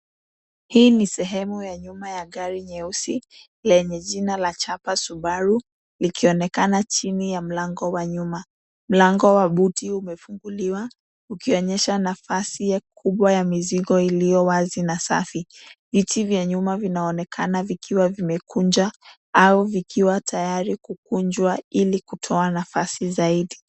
Hii ni sehemu ya nyuma ya gari nyeusi lenye jina la chapa Subaru likionekana chini ya mlango wa nyuma. Mlango wa buti umefunguliwa, ukionyesha nafasi ya kubwa ya mizigo ilio wazi na safi. Viti vya nyuma vinaonekana vikiwa vimekunja au vikiwa tayari kukunjwa ili kutoa nafasi zaidi.